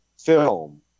film